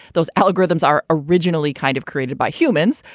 those algorithms are originally kind of created by humans.